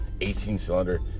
18-cylinder